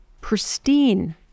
pristine